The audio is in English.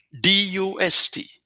D-U-S-T